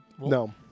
No